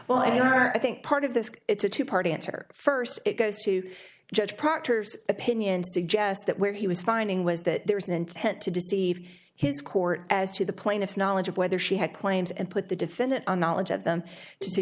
are i think part of this it's a two part answer first it goes to judge proctors opinion suggests that where he was finding was that there was an intent to deceive his court as to the plaintiff's knowledge of whether she had claims and put the defendant on knowledge of them